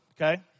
okay